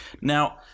Now